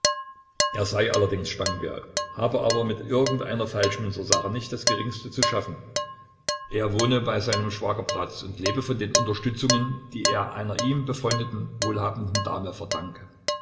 er sei allerdings spangenberg habe aber mit irgendeiner falschmünzersache nicht das geringste zu schaffen er wohne bei seinem schwager bratz und lebe von den unterstützungen die er einer ihm befreundeten wohlhabenden dame verdanke